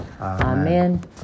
Amen